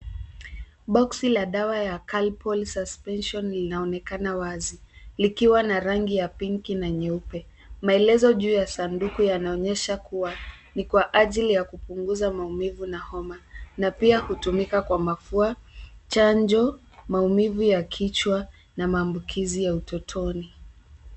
Boksi la dawa ya Calpol Suspension linaonekana wazi, likiwa na rangi ya pinki na nyeupe. Maelezo juu ya sanduku yanaonyesha kuwa ni kwa ajili ya kupunguza maumivu na homa, na pia hutumika kwa mafua, chanjo, maumivu ya kichwa, na maambukizi ya utotoni.